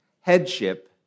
Headship